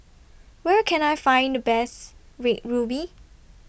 Where Can I Find The Best Red Ruby